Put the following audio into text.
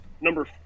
Number